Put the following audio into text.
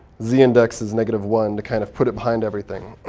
z-index as negative one to kind of put it behind everything.